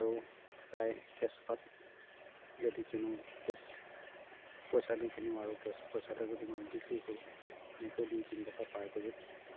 আৰু প্ৰায় কেছ পাত যদি কিনো কেছ পইচা দি কিনো আৰু কেছ পইচাতে যদি মই বিক্ৰী কৰোঁ সেনেকৈ দুই তিনি টকা পাৰ কে জিত